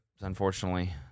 unfortunately